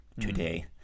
today